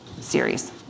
series